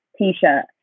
t-shirt